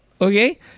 okay